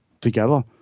together